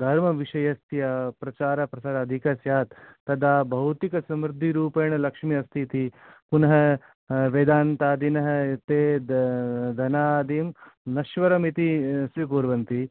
धर्मविषयस्य प्रचार प्रचारः अधिकस्यात् तदा भौतिक समृद्धिरूपेण लक्ष्मी अस्ति इति पुनः वेदान्तादिनः ते धनादिं नश्वरमिति स्वीकुर्वन्ति